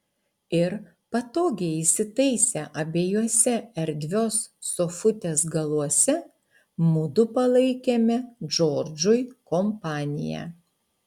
ir patogiai įsitaisę abiejuose erdvios sofutės galuose mudu palaikėme džordžui kompaniją